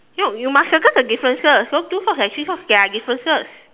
no you must circle the differences so two socks and three socks they are differences